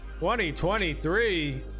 2023